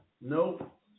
Nope